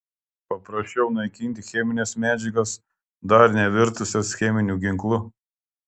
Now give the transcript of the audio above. paprasčiau naikinti chemines medžiagas dar nevirtusias cheminiu ginklu